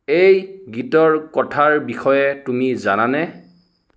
এই গীতৰ কথাৰ বিষয়ে তুমি জানানে